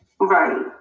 right